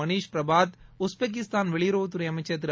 Manish Prabhat Uzbekistan வெளியுறவுத் துறை அமைச்சர் திரு